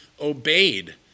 obeyed